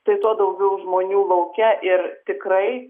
tai tuo daugiau žmonių lauke ir tikrai